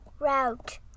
route